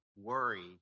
worry